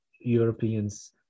Europeans